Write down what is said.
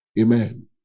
Amen